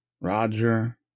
Roger